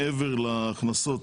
מעבר להכנסות.